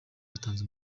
yatanze